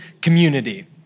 community